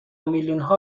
میلیونها